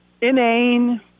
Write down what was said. inane